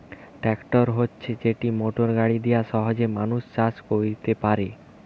tractor হতিছে যেটি motor গাড়ি দিয়া সহজে মানুষ চাষ কইরতে পারে